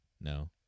No